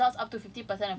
cause fifty fifty per cent